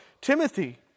Timothy